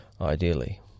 ideally